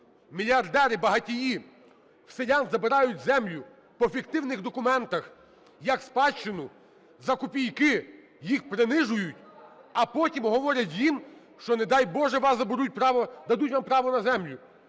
мільярдери, багатії у селян забирають землю по фіктивних документах як спадщину за копійки. Їх принижують, а потім говорять їм, що, не дай Боже, у вас заберуть